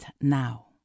now